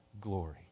glory